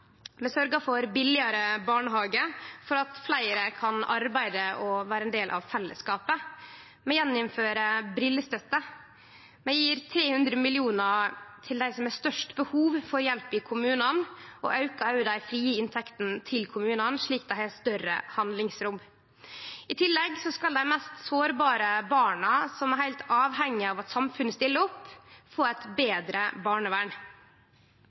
for billegare barnehage for at fleire kan arbeide og vere ein del av fellesskapet. Vi gjeninnfører brillestøtte. Vi gjev 300 mill. kr til dei som har størst behov for hjelp i kommunane. Vi aukar òg dei frie inntektene til kommunane, slik at dei får større handlingsrom. I tillegg skal dei mest sårbare barna, som er heilt avhengige av at samfunnet stiller opp, få eit betre barnevern.